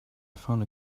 found